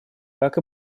как